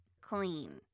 clean